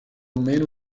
meno